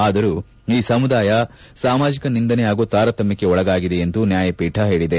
ಆದರೂ ಈ ಸಮುದಾಯ ಸಾಮಾಜಿಕ ನಿಂದನೆ ಹಾಗೂ ತಾರತಮ್ಯಕ್ಷೆ ಒಳಗಾಗಿದೆ ಎಂದು ನ್ಯಾಯಪೀಠ ಹೇಳಿದೆ